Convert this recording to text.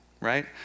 right